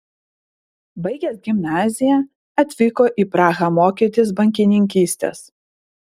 baigęs gimnaziją atvyko į prahą mokytis bankininkystės